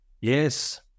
Yes